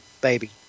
baby